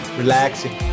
relaxing